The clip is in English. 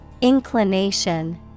Inclination